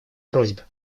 просьбе